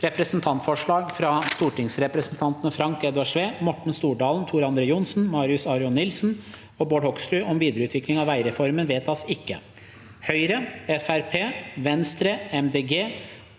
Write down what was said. Representantforslag fra stortingsrepresentantene Frank Edvard Sve, Morten Stordalen, Tor André Johnsen, Marius Arion Nilsen og Bård Hoksrud om videreutvikling av veireformen (Innst. 298 S (2023–2024), jf.